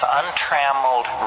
untrammeled